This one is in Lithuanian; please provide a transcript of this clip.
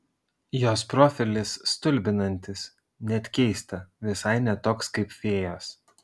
jos profilis stulbinantis net keista visai ne toks kaip fėjos